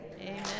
Amen